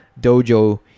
Dojo